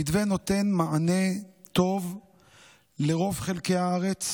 המתווה נותן מענה טוב לרוב חלקי הארץ